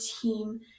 team